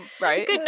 Right